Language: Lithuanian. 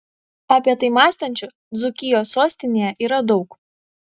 apie tai mąstančių dzūkijos sostinėje yra daug